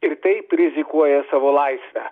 ir taip rizikuoja savo laisve